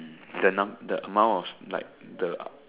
the num the amount of like the